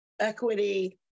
equity